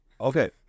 Okay